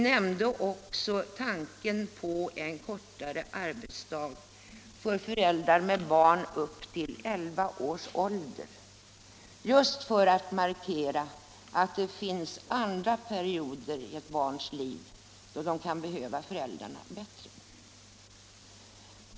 Vi nämnde också tanken på en kortare arbetsdag för föräldrar med barn upp till elva års ålder just för att markera att det finns andra perioder i barns liv då de kan behöva föräldrarna bättre än i tidigare åldrar.